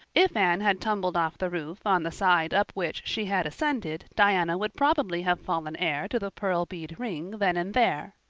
if anne had tumbled off the roof on the side up which she had ascended diana would probably have fallen heir to the pearl bead ring then and there.